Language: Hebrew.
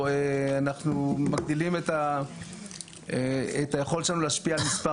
אנחנו מגדילים את היכולת שלנו להשפיע על מספר